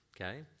Okay